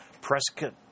Prescott